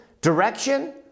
direction